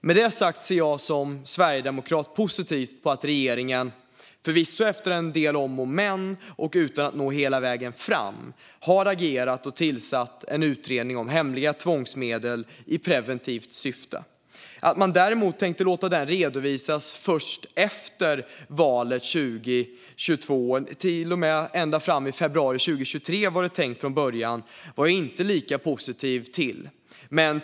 Med det sagt ser jag som sverigedemokrat positivt på att regeringen, förvisso efter en del om och men och utan att nå hela vägen fram, har agerat och tillsatt en utredning om hemliga tvångsmedel i preventivt syfte. Att man tänkte låta den redovisas först efter valet 2022 - så långt fram som februari 2023, var det tänkt från början - var jag inte lika positiv till.